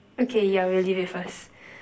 okay yeah we'll leave it first